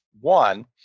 One